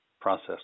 process